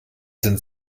sind